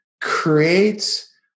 creates